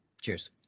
Cheers